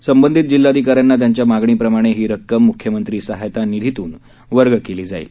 संबंधित जिल्हाधिकाऱ्यांना त्यांच्या मागणीप्रमाणे ही रक्कम मुख्यमंत्री सहाय्यता निधीतून वर्ग करण्यात येईल